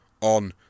on